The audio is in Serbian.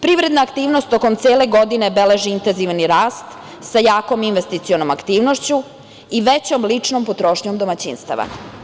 Privredna aktivnost tokom cele godine beleži intenzivni rast, sa jakom investicionom aktivnošću i većom ličnom potrošnjom domaćinstava.